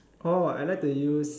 orh I like to use